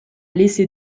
laissé